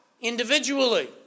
individually